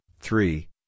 three